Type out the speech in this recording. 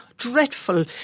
dreadful